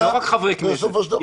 לא רק חברי כנסת,